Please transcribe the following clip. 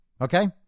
Okay